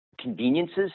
conveniences